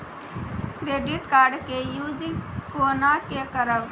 Credit card के use कोना के करबऽ?